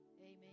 amen